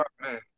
man